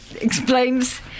Explains